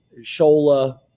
Shola